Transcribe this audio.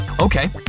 Okay